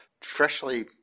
freshly